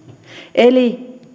eli